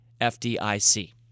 FDIC